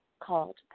called